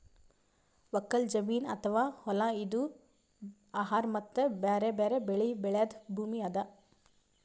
ಒಕ್ಕಲ್ ಜಮೀನ್ ಅಥವಾ ಹೊಲಾ ಇದು ಆಹಾರ್ ಮತ್ತ್ ಬ್ಯಾರೆ ಬ್ಯಾರೆ ಬೆಳಿ ಬೆಳ್ಯಾದ್ ಭೂಮಿ ಅದಾ